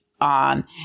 on